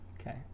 Okay